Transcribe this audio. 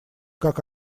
как